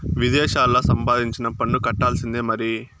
విదేశాల్లా సంపాదించినా పన్ను కట్టాల్సిందే మరి